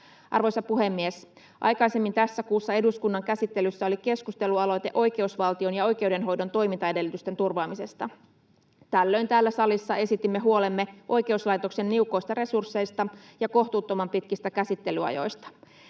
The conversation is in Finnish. Arvoisa puhemies! Aikaisemmin tässä kuussa eduskunnan käsittelyssä oli keskustelualoite oikeusvaltion ja oikeudenhoidon toimintaedellytysten turvaamisesta. Tällöin täällä salissa esitimme huolemme oikeuslaitoksen niukoista resursseista ja kohtuuttoman pitkistä käsittelyajoista.